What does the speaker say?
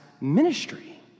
ministry